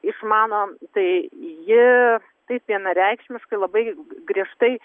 išmano tai ji taip vienareikšmiškai labai griežtai